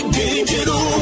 digital